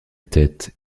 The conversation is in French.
tête